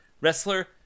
wrestler